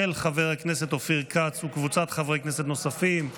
של חבר הכנסת אופיר כץ וקבוצת חברי כנסת נוספים.